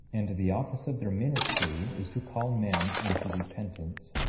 and the office of their ministry is to call men unto repentance,